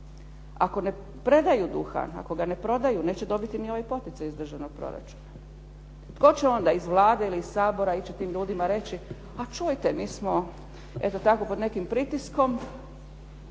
Ako ne predaju duhan, ako ga ne prodaju, neće dobiti ni ovaj poticaj iz državnog proračuna. Tko će onda iz Vlade ili iz Sabora ići tim ljudima reći, a čujte, mi smo eto tako pod nekim pritiskom